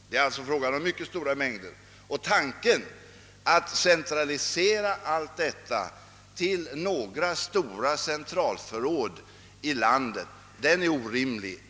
Det är alltså fråga om mycket stora mängder, och tanken att centralisera allt detta till några stora centralförråd är därför orimlig.